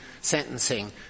sentencing